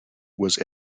was